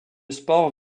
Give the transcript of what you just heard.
sports